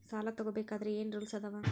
ಸಾಲ ತಗೋ ಬೇಕಾದ್ರೆ ಏನ್ ರೂಲ್ಸ್ ಅದಾವ?